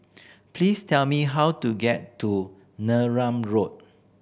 please tell me how to get to Neram Road